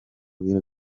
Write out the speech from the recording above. biro